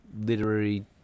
literary